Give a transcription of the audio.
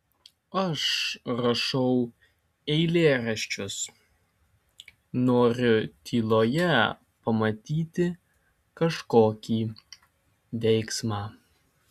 aš rašau eilėraščius noriu tyloje pamatyti kažkokį veiksmą